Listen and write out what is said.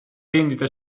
vendita